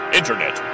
Internet